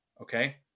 Okay